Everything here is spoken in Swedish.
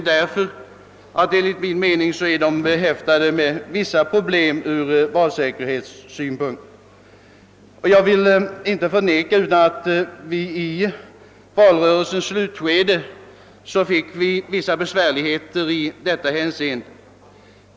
Men reglerna ger enligt min mening upphov till vissa problem ur valsäkerhetssynpunkt. Jag vill inte förneka att det i valrörelsens slutskede uppkom vissa besvärligheter i detta hänseende.